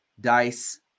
Dice